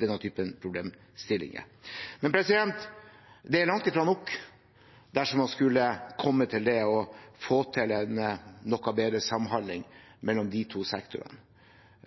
denne typen problemstillinger. Men det er langt fra nok dersom man skal få til en noe bedre samhandling mellom de to sektorene,